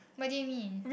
what did you mean